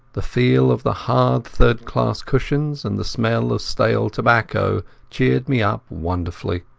the feel of the hard third-class cushions and the smell of stale tobacco cheered me up wonderfully.